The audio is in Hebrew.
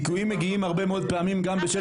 זיכויים מגיעים הרבה מאוד פעמים גם בשל